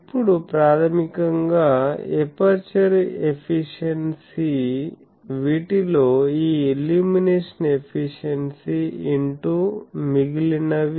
ఇప్పుడు ప్రాథమికంగా aperture efficiency వీటిలో ఈ ఇల్యూమినేషన్ ఎఫిషియెన్సీ ఇంటూ మిగిలినవి